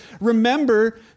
remember